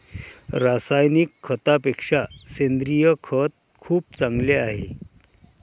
रासायनिक खतापेक्षा सेंद्रिय खत खूप चांगले आहे